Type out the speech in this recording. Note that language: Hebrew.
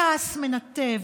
הכעס מנתב,